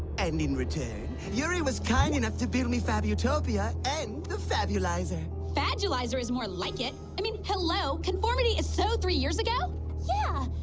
and in return yuri was kind enough to give me five utopia and the fabulous i fed you lies, or is more like it. i mean hello conformity is so three years ago yeah,